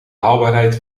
haalbaarheid